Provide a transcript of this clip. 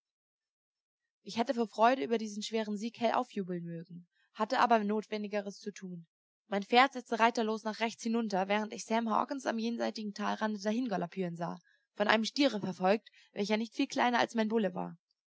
ich hätte vor freude über diesen schweren sieg hell aufjubeln mögen hatte aber notwendigeres zu tun mein pferd setzte reiterlos nach rechts hinunter während ich sam hawkens am jenseitigen talrande dahingaloppieren sah von einem stiere verfolgt welcher nicht viel kleiner als mein bulle war